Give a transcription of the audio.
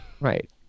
Right